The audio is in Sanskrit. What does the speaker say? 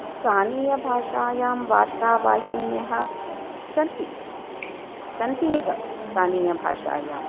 स्थानीयभाषायां वार्तावाहिन्यः सन्ति सन्ति एव स्थानीयभाषायां